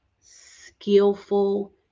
skillful